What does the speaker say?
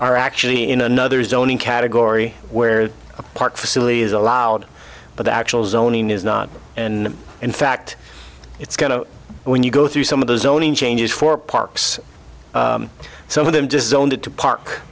are actually in another zoning category where a park facility is allowed but actually zoning is not in in fact it's going to when you go through some of those zoning changes for parks some of them just zoned it to park